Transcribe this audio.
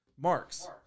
marks